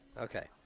Okay